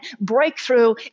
breakthrough